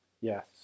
Yes